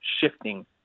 shifting